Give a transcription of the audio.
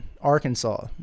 Arkansas